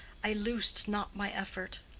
i loosed not my effort.